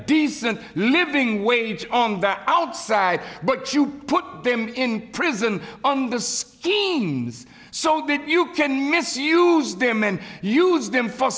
decent living wage on the outside but you put them in prison on the schemes so that you can misuse them and use them for